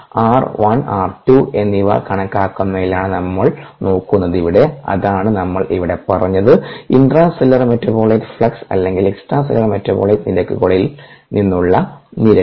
പിന്നെ r1 r2 എന്നിവ കണക്കാക്കുന്നതിലാണ് നമ്മൾ നോക്കുന്നതിവിടെ അതാണ് നമ്മൾ ഇവിടെ പറഞ്ഞത് ഇൻട്രാ സെല്ലുലാർ മെറ്റാബോലൈറ്റ് ഫ്ലക്സ് അല്ലെങ്കിൽ എക്സ്ട്രാ സെല്ലുലാർ മെറ്റാബോലൈറ്റ് നിരക്കുകളിൽ നിന്നുള്ള നിരക്ക്